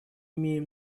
имеем